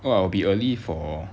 well I'll be early for